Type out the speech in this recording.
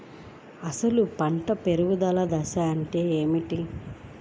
అసలు పంట పెరుగుదల దశ అంటే ఏమిటి?